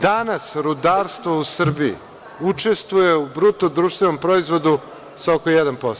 Danas rudarstvo u Srbiji učestvuje u BDP sa oko 1%